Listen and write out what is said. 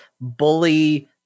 bully